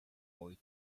boy